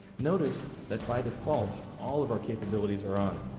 notice that by default all of our capabilities are on,